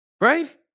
Right